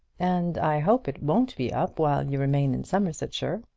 and i hope it won't be up while you remain in somersetshire.